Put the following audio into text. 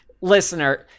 listener